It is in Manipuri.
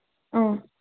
ꯑꯥ